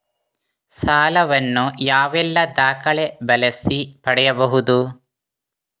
ಸಾಲ ವನ್ನು ಯಾವೆಲ್ಲ ದಾಖಲೆ ಬಳಸಿ ಪಡೆಯಬಹುದು?